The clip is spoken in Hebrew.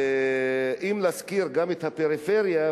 ואם נזכיר גם את הפריפריה,